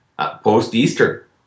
post-Easter